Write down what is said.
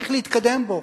צריך להתקדם בו.